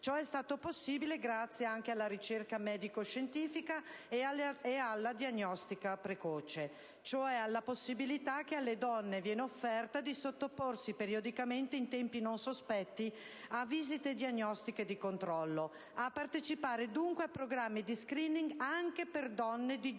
Ciò è stato possibile grazie anche alla ricerca medico-scientifica e alla diagnostica precoce, cioè alla possibilità che alle donne viene offerta di sottoporsi periodicamente in tempi non sospetti a visite diagnostiche di controllo, a partecipare dunque a programmi di *screening* anche per donne di giovane